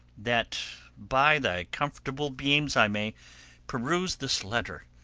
that by thy comfortable beams i may peruse this letter